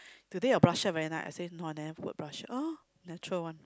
today your blusher very nice I say no I never put blusher oh natural one